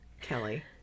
Kelly